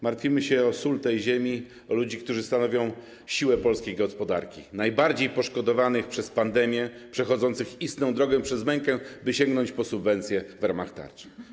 Martwimy się o sól tej ziemi, o ludzi, którzy stanowią siłę polskiej gospodarki, najbardziej poszkodowanych przez pandemię, przechodzących istną drogę przez mękę, by sięgnąć po subwencje w ramach tarczy.